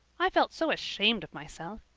i felt so ashamed of myself.